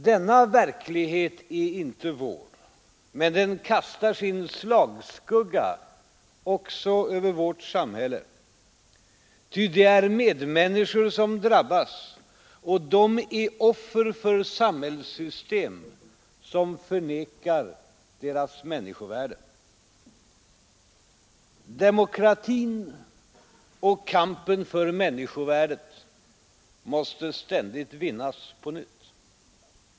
Denna verklighet är inte vår, men den kastar sin slagskugga också över vårt land, ty det är medmänniskor som drabbas, och de är offer för samhällssystem som förnekar deras människovärde. Demokratin och kampen för människovärdet måste ständigt vinnas på nytt.